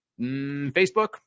Facebook